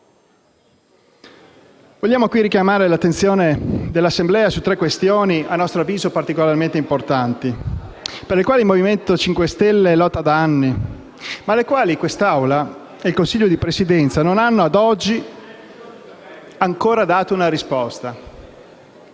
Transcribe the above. Vogliamo qui richiamare l'attenzione dell'Assemblea su tre questioni, a nostro avviso particolarmente importanti, per le quali il Movimento 5 Stelle lotta da anni, ma alle quali questa Assemblea e il Consiglio di Presidenza non hanno ad oggi ancora dato una risposta.